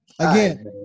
Again